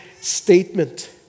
statement